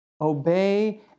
Obey